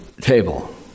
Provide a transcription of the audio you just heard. table